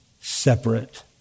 separate